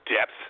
depth